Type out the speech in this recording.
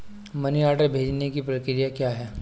Money order भेजने की प्रक्रिया क्या है?